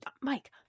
Mike